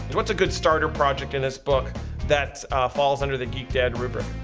what's a good starter project in this book that falls under the geek dad rubric